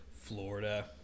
Florida